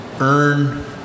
earn